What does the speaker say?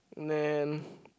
then